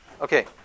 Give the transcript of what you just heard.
Okay